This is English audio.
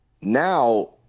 Now